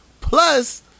Plus